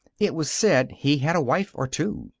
it was said he had a wife or two.